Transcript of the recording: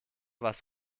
was